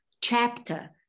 chapter